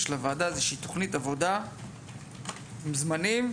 לוועדה איזושהי תוכנית עבודה עם זמנים,